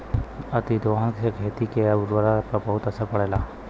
अतिदोहन से खेती के उर्वरता पर बहुत असर पड़ेला